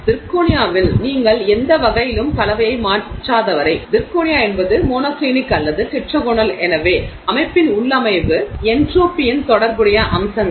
சிர்கோனியாவில் நீங்கள் எந்த வகையிலும் கலவையை மாற்றாதவரை சிர்கோனியா என்பது மோனோக்ளினிக் அல்லது டெட்ராகோனல் எனவே அமைப்பின் உள்ளமைவு என்ட்ரோபியுடன் தொடர்புடைய அம்சங்கள்